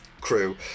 crew